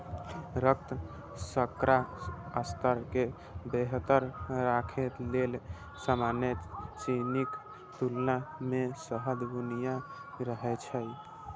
रक्त शर्करा स्तर कें बेहतर राखै लेल सामान्य चीनीक तुलना मे शहद बढ़िया रहै छै